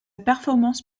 performance